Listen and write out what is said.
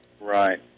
Right